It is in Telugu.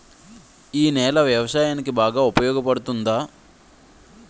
ఈ నేల వ్యవసాయానికి బాగా ఉపయోగపడుతుందా?